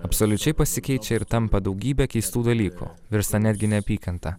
absoliučiai pasikeičia ir tampa daugybė keistų dalykų virsta netgi neapykanta